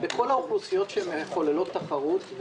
בכל האוכלוסיות שמחוללות תחרות,